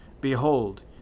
behold